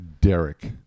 Derek